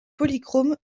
polychromes